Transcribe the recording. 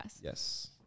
Yes